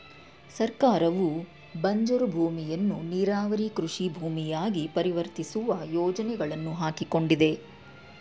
ಸರ್ಕಾರವು ಬಂಜರು ಭೂಮಿಯನ್ನು ನೀರಾವರಿ ಕೃಷಿ ಭೂಮಿಯಾಗಿ ಪರಿವರ್ತಿಸುವ ಯೋಜನೆಗಳನ್ನು ಹಾಕಿಕೊಂಡಿದೆ